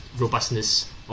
robustness